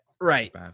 right